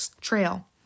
trail